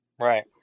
Right